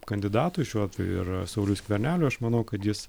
kandidatui šiuo atveju ir sauliui skverneliui aš manau kad jis